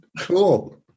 Cool